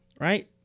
Right